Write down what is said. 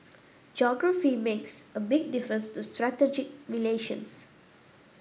geography makes a big difference to strategic relations